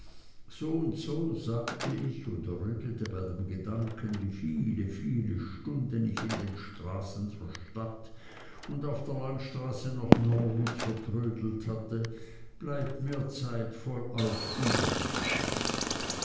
so sagte ich und errötete bei dem gedanken wie viele viele stunden ich in den straßen der stadt und auf der landstraße nach norwood vertrödelt hatte bleibt mir vollauf zeit übrig